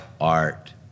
art